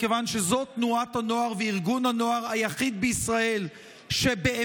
מכיוון שזו תנועת הנוער וזה ארגון הנוער היחידים בישראל שבאמת